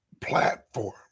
platform